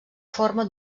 forma